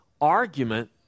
argument